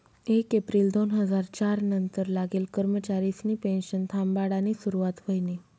येक येप्रिल दोन हजार च्यार नंतर लागेल कर्मचारिसनी पेनशन थांबाडानी सुरुवात व्हयनी